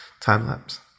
time-lapse